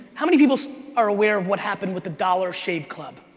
how many people are aware of what happened with the dollar shave club?